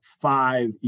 five